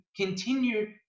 continue